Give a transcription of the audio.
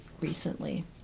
recently